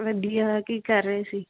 ਵਧੀਆ ਕੀ ਕਰ ਰਹੇ ਸੀ